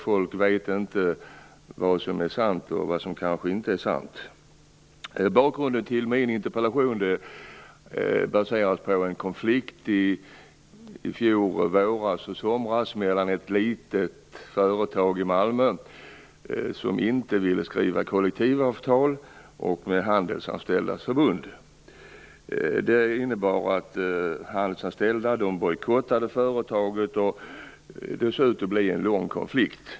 Folk vet inte vad som är sant och vad som inte är sant. Bakgrunden till min interpellation är en konflikt i fjol våras och somras mellan ett litet företag i Malmö som inte ville skriva kollektivavtal och Handelsanställdas förbund. Det innebar att Handelsanställdas förbund bojkottade företaget, och det såg ut att bli en lång konflikt.